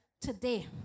today